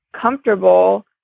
comfortable